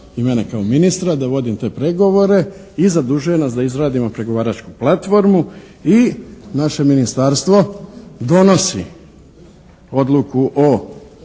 i mene kao ministra da vodim te pregovore i zadužuje nas da izradimo pregovaračku platformu i naše Ministarstvo donosi Odluku o,